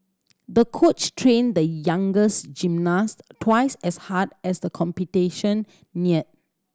the coach trained the younger gymnast twice as hard as the competition neared